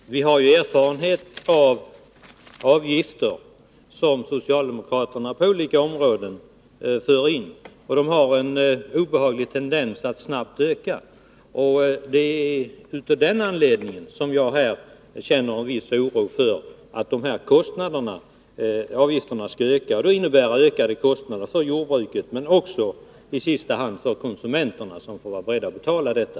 Herr talman! Vi har den erfarenheten av avgifter som socialdemokraterna fört in på olika områden att de har en obehaglig tendens att öka snabbt. Det är av den anledningen jag känner en viss oro för att också dessa avgifter skall öka. Det innebär ökade kostnader för jordbruket, men i sista hand också för konsumenterna, som får vara beredda att betala detta.